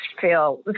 feel